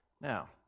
Now